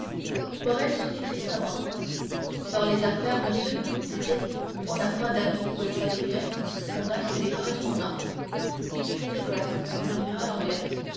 morrel sourit tristement dans les affaires monsieur dit-il on n'a point d'amis vous le savez bien on n'a que des correspondants c'est vrai murmura